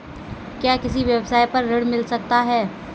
क्या किसी व्यवसाय पर ऋण मिल सकता है?